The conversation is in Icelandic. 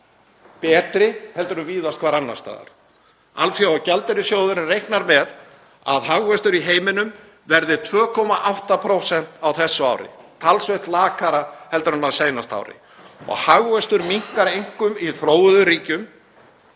betri heldur en víðast hvar annars staðar. Alþjóðagjaldeyrissjóðurinn reiknar með að hagvöxtur í heiminum verði 2,8% á þessu ári, talsvert lakari heldur en á seinasta ári og hagvöxtur minnkar einkum í þróuðum ríkjum,